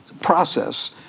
process